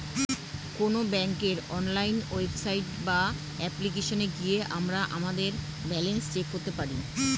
কোনো ব্যাঙ্কের online website বা অ্যাপ্লিকেশনে গিয়ে আমরা আমাদের ব্যালেন্স চেক করতে পারি